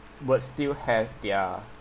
but still have their